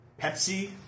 Pepsi